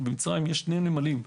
יש שם שני נמלים.